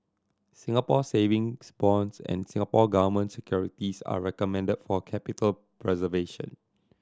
Singapore Savings Bonds and Singapore Government Securities are recommended for capital preservation